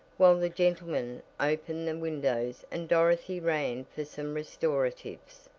while the gentlemen opened the windows and dorothy ran for some restoratives.